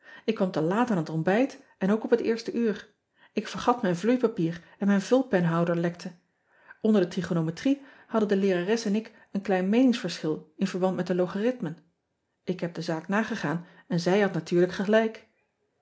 k kwam te laat aan het ontbijt en ook op het eerste uur k vergat mijn vloeipapier en mijn vulpenhouder lekte nder de trigonometric hadden de leerares en ik een klein meeningsverschil in verband met de logarithmen ik heb de zaak nagegaan en zij had natuurlijk gelijk